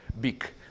big